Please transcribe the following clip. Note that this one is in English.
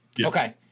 Okay